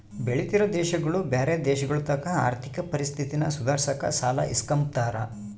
ಬೆಳಿತಿರೋ ದೇಶಗುಳು ಬ್ಯಾರೆ ದೇಶಗುಳತಾಕ ಆರ್ಥಿಕ ಪರಿಸ್ಥಿತಿನ ಸುಧಾರ್ಸಾಕ ಸಾಲ ಇಸ್ಕಂಬ್ತಾರ